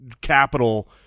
capital